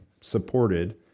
supported